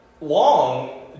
long